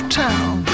town